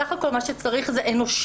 בסך הכול מה שצריך זה אנושיות,